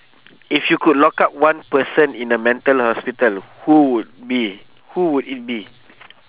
if you could lock up one person in the mental hospital who would be who would it be